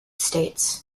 states